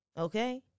Okay